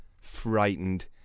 frightened